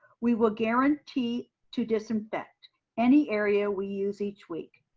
we will guarantee to disinfect any area we use each week.